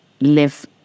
live